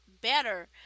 better